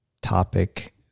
topic